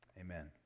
Amen